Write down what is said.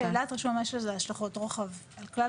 שאלת רישום יש לזה השלכות רוחב על כלל